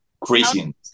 crazy